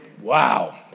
Wow